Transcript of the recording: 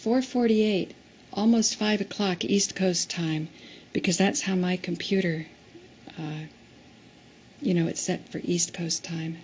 four forty eight almost five o'clock east coast time because that's how my computer you know it's set for east coast time